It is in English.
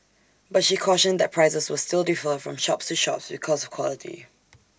but she cautioned that prices will still defer from shops to shops because of quality